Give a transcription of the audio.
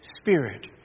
spirit